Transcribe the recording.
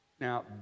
Now